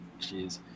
Jeez